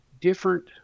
different